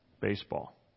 baseball